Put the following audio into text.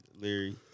Larry